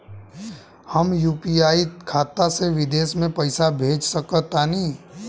हम यू.पी.आई खाता से विदेश म पइसा भेज सक तानि?